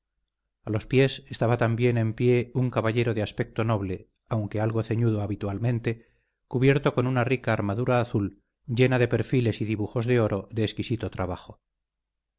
a los pies estaba también en pie un caballero de aspecto noble aunque algo ceñudo habitualmente cubierto con una rica armadura azul llena de perfiles y dibujos de oro de exquisito trabajo